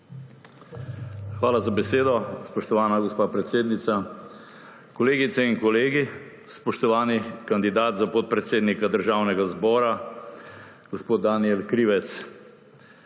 Hvala za besedo spoštovana gospa predsednica. Kolegica in kolegi, spoštovani kandidat za podpredsednika Državnega zbora gospod Danijel Krivec!